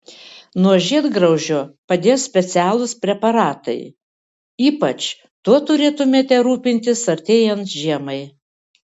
nuo žiedgraužio padės specialūs preparatai ypač tuo turėtumėte rūpintis artėjant žiemai